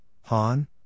Han